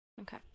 Okay